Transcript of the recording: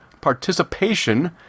participation